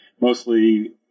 mostly